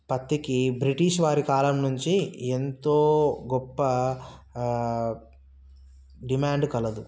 పత్తికి బ్రిటీషు వారి కాలం నుంచి ఎంతో గొప్ప డిమాండు కలదు